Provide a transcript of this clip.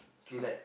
through